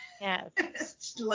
Yes